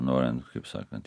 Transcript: norint kaip sakant